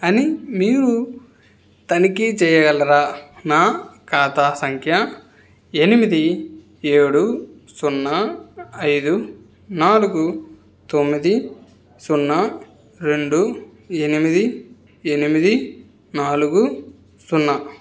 అని మీరు తనిఖీ చేయగలరా నా ఖాతా సంఖ్య ఎనిమిది ఏడు సున్నా ఐదు నాలుగు తొమ్మిది సున్నా రెండు ఎనిమిది ఎనిమిది నాలుగు సున్నా